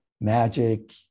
magic